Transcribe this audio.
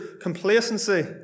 complacency